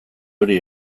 hori